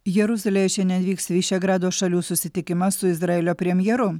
jeruzalėje šiandien vyks vyšegrado šalių susitikimas su izraelio premjeru